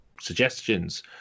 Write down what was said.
suggestions